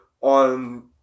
on